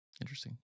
interesting